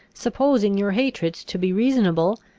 supposing your hatred to be reasonable,